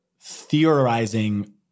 theorizing